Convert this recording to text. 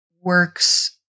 works